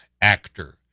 actor